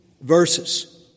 verses